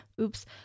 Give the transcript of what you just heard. Oops